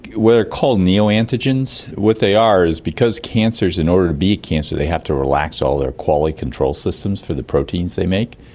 they're called neoantigens. what they are is because cancers, in order to be cancer they have to relax all their quality control systems for the proteins they make,